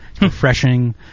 refreshing